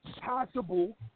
possible